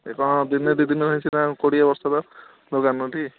ଇଏ କ'ଣ ଦିନେ ଦୁଇ ଦିନର ହେଇଛି କ'ଣ କୋଡ଼ିଏ ବର୍ଷର ଦୋକାନଟି